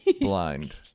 blind